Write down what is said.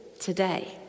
today